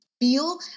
feel